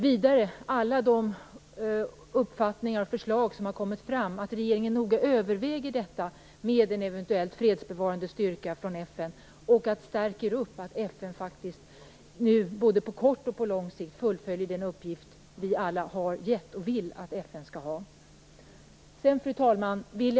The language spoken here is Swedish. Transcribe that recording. Vidare bör regeringen ta till sig alla uppfattningar och förslag som framkommit och noga överväga en eventuell fredsbevarande styrka från FN. Stärk FN så att FN fullföljer den uppgift som vi alla har gett FN, på både kort och lång sikt.